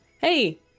hey